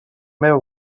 meva